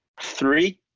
three